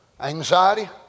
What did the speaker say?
anxiety